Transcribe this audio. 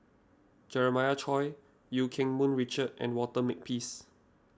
Jeremiah Choy Eu Keng Mun Richard and Walter Makepeace